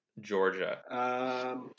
Georgia